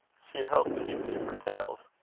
she had hoped chiefly for tales.